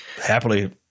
happily –